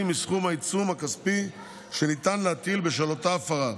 מסכום העיצום הכספי שניתן להטיל בשל אותה הפרה.